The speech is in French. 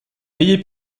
ayez